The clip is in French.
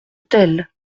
theil